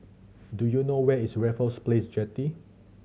do you know where is Raffles Place Jetty